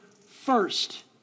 first